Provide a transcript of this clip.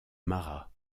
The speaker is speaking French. marat